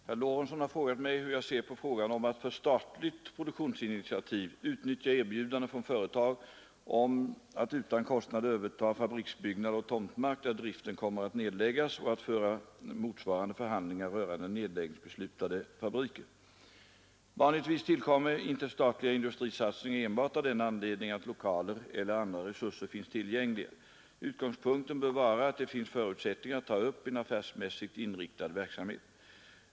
Herr talman! Herr Lorentzon har fråga mig hur jag ser på frågan om att för statligt produktionsinitiativ utnyttja erbjudande från företag om att utan kostnad överta fabriksbyggnader och tomtmark där driften kommer att nedläggas och att föra motsvarande förhandlingar rörande nedläggningsbeslutade fabriker. Vanligtvis tillkommer inte statliga industrisatsningar enbart av den anledningen att lokaler eller andra resurser finns tillgängliga. Utgångspunkten bör vara att det finns förutsättningar att ta upp en affärsmässigt inriktad verksamhet.